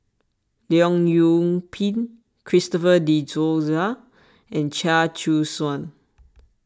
Leong Yoon Pin Christopher De Souza and Chia Choo Suan